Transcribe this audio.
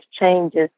changes